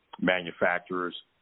manufacturers